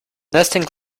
nesting